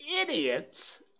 idiots